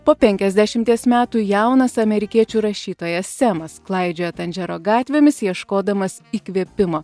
po penkiasdešimties metų jaunas amerikiečių rašytojas semas klaidžioja tandžero gatvėmis ieškodamas įkvėpimo